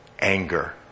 anger